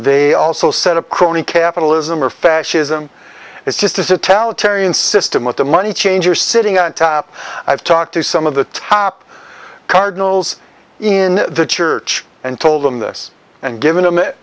they also set up crony capitalism or fascism it's just a talent tarion system with the money changers sitting on top i've talked to some of the top cardinals in the church and told them this and given